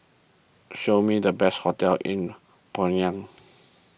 show me the best hotels in Pyongyang